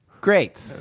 great